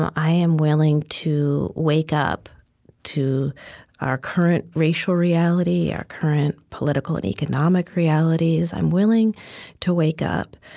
i am willing to wake up to our current racial reality, our current political and economic realities. i'm willing to wake up,